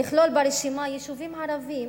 לכלול ברשימה יישובים ערביים,